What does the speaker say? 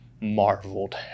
marveled